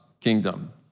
kingdom